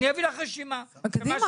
אני אביא לך רשימה, בסדר.